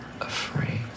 afraid